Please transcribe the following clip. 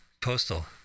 Postal